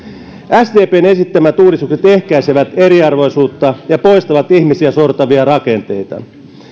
sdpn esittämät uudistukset ehkäisevät eriarvoisuutta ja poistavat ihmisiä sortavia rakenteita